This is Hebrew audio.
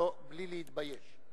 בלי להתבייש.